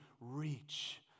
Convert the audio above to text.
reach